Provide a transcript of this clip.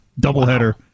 doubleheader